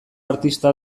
artista